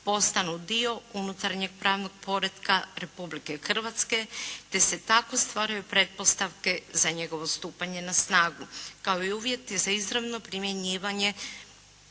postanu dio unutarnjeg pravnog poretka Republike Hrvatske te se tako stvaraju pretpostavke za njegovo stupanje na snagu kao i uvjeti za izravno primjenjivanje